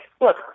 look